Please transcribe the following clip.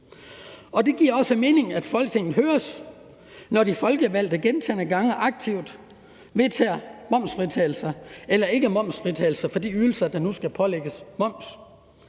Og det giver også mening, at Folketinget høres, når de folkevalgte gentagne gange aktivt vedtager momsfritagelser eller ikke momsfritagelser for de ydelser, der nu skal pålægges moms.